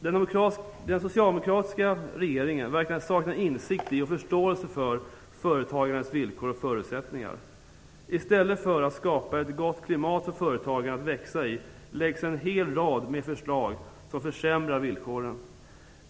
Den socialdemokratiska regeringen verkar sakna insikt i och förståelse för företagarnas villkor och förutsättningar. I stället för att skapa ett gott klimat för företagen att växa i läggs en hel rad förslag fram som försämrar villkoren.